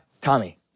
Tommy